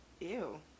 Ew